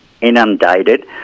inundated